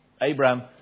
Abraham